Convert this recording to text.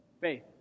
faith